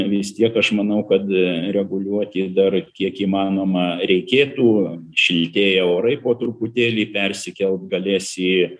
vis tiek aš manau kad reguliuoti dar kiek įmanoma reikėtų šiltėja orai po truputėlį persikelt galės į